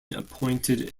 appointed